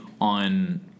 on